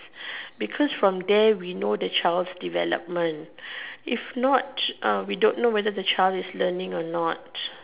because from there we know the child's development if not uh we don't know whether the child is learning or not